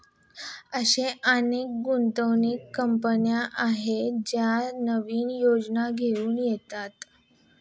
अशा अनेक गुंतवणूक कंपन्या आहेत ज्या नवीन योजना घेऊन येतात